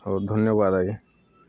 ହଉ ଧନ୍ୟବାଦ ଆଜ୍ଞା